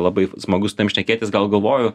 labai smagu su tavim šnekėtis gal galvoju